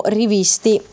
rivisti